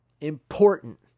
important